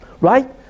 right